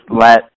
let